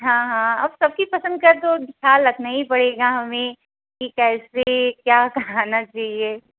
हाँ हाँ अब सबकी पसंद का तो ख्याल रखना ही पड़ेगा हमें कि कैसे क्या कराना चाहिए